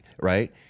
right